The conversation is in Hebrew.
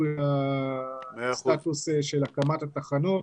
הוא הסטטוס של הקמת התחנות,